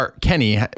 Kenny